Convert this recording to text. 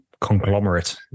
conglomerate